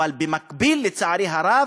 אבל במקביל, לצערי הרב,